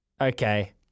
okay